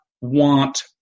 want